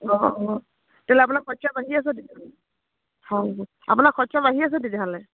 অঁ অঁ তেনেহ'লে আপোনালোকৰ খৰচাও বাঢ়ি আছে তেতিয়াহ'লে হয় আপোনাৰ খৰচা বাঢ়ি আছে তেতিয়াহ'লে